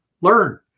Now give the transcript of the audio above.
learn